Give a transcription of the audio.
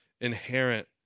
inherent